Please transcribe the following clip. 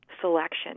selection